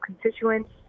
constituents